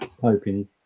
hoping